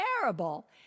terrible